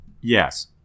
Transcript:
Yes